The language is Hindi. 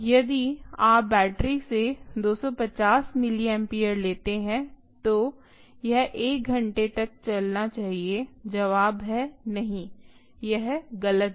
यदि आप बैटरी से 250 मिलिएम्पेयर लेते हैं तो यह एक घंटे तक चलना चाहिए जवाब है नहीं यह गलत है